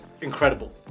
incredible